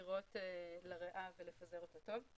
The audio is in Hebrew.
ישירות לריאה ולפזר אותה טוב.